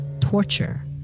torture